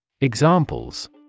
Examples